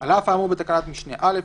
"(ד) על אף האמור בתקנת משנה (א),